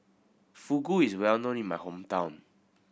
Fugu is well known in my hometown